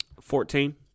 Fourteen